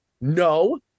no